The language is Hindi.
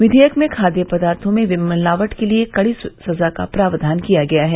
विधेयक में खाद्य पदार्थो में मिलावट के लिए कड़ी सजा का प्रावधान किया गया है